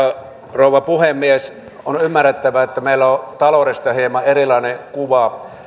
rouva puhemies on ymmärrettävää että meillä on taloudesta hieman erilainen kuva